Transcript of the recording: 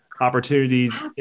opportunities